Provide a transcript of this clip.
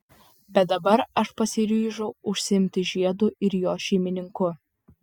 bet dabar aš pasiryžau užsiimti žiedu ir jo šeimininku